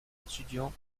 étudiants